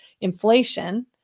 inflation